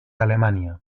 alemania